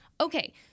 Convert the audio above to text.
Okay